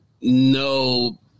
no